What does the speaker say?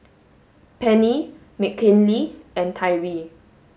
Penni Mckinley and Tyree